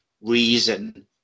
reason